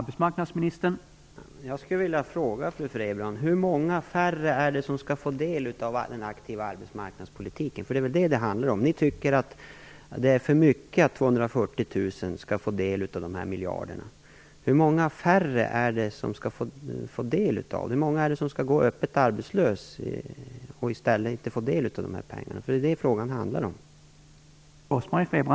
Herr talman! Jag skulle vilja ställa en fråga till fru Frebran: Hur många färre skall få del av den aktiva arbetsmarknadspolitiken? Det är väl detta det handlar om? Ni anser att det är för mycket att 240 000 personer skall få del av dessa miljarder. Hur många färre skall få del av detta? Hur många skall gå öppet arbetslösa på grund av att de inte skall få del av detta?